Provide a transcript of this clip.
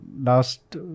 last